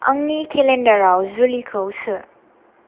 आंनि केलेन्डाराव जुलिखौ सो